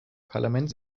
parlament